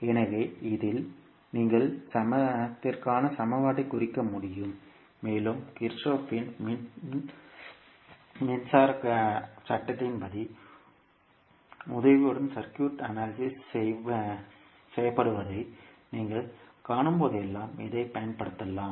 எனவே இதில் நீங்கள் சமத்திற்கான சமன்பாட்டைக் குறிக்க முடியும் மேலும் கிர்ச்சோப்பின் மின்சாரசட்டத்தின் Kirchhoff's current law உதவியுடன் சர்க்யூட் அனாலிசிஸ் செய்யப்படுவதை நீங்கள் காணும்போதெல்லாம் இதைப் பயன்படுத்தலாம்